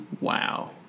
Wow